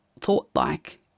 thought-like